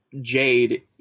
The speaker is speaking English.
Jade